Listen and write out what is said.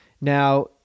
Now